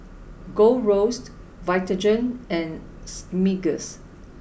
Gold Roast Vitagen and Smiggle